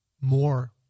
more